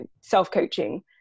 self-coaching